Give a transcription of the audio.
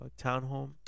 townhome